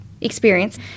experience